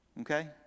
Okay